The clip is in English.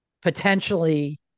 potentially